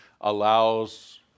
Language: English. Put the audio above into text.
allows